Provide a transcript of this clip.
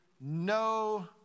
no